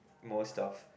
most of